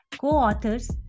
co-authors